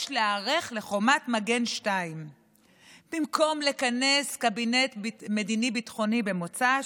יש להיערך לחומת מגן 2. במקום לכנס קבינט מדיני-ביטחוני במוצ"ש,